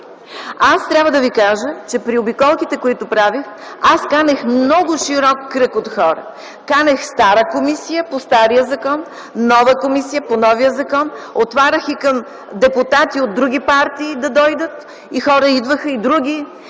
Трябва да ви кажа, че при обиколките, които правех, канех много широк кръг от хора. Канех стара комисия по стария закон, нова комисия – по новия закон, отварях и към депутати от други партии да дойдат, идваха и други